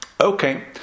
Okay